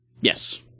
Yes